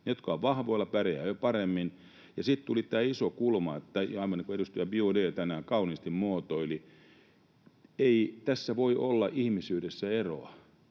Ne, jotka ovat vahvoilla, pärjäävät paremmin. Ja sitten tulee tämä iso kulma, aivan niin kuin edustaja Biaudet tänään kauniisti muotoili: ei tässä voi olla ihmisyydessä eroa.